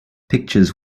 pictures